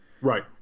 Right